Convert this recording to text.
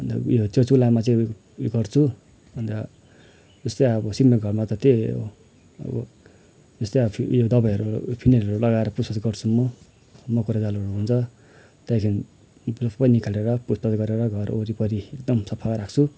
अन्त उयो त्यो चुल्हामा चाहिँ उयो उयो गर्छु अन्त जस्तै अब सिमेन्टको घरमा त त्यही हो अब जस्तै अब फि उयो दबाईहरू फिनेलहरू लगाएर पुसपास गर्छु म माकुरा जालहरू हुन्छ त्यहाँदेखिन सबै निकालेर पुसपास गरेर घर वरिपरि एकदम सफा राख्छु